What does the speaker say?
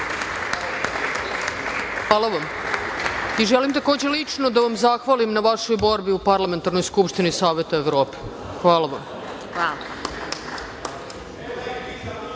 Hvala vam. Želim takođe lično da vam zahvalim na vašoj borbi u Parlamentarnoj skupštini Saveta Evrope. Hvala vam. Reč